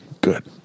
Good